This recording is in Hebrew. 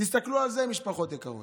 תסתכלו על זה, משפחות יקרות.